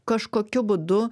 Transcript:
kažkokiu būdu